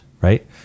right